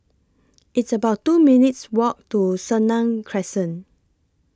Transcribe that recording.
It's about two minutes' Walk to Senang Crescent